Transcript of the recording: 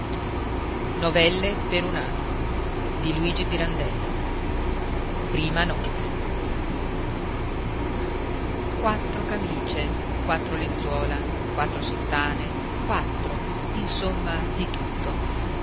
avesse veduto e lo accusasse quattro camìce quattro lenzuola quattro sottane quattro insomma di tutto